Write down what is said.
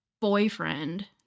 boyfriend